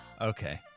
Okay